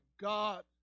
God